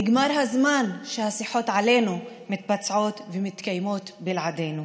נגמר הזמן שהשיחות עלינו מתבצעות ומתקיימות בלעדינו.